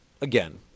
again